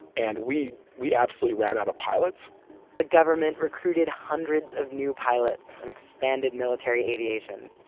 and we we absolutely ran out of pilots the government recruited hundreds of new pilots and expanded military aviation.